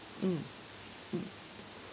mm mm